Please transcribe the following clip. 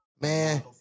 man